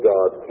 God